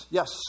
Yes